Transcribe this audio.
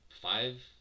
five